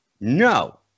no